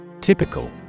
Typical